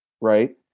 Right